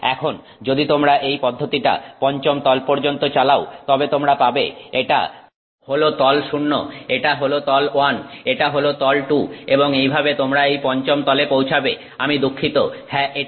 এখন যদি তোমরা এই পদ্ধতিটা পঞ্চম তল পর্যন্ত চালাও তবে তোমরা পাবে এটা হল তল 0 এটা হল তল 1 এটা হল তল 2 এবং এইভাবে তোমরা এই পঞ্চম তলে পৌঁছাবে আমি দুঃখিত হ্যাঁ এটা